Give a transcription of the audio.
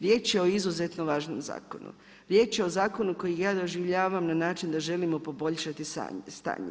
Riječ je o izuzetno važnom zakonu, riječ je o zakonu koji ja doživljavam na način da želimo poboljšati staje.